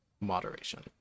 moderation